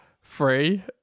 Free